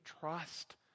trust